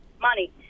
money